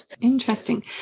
Interesting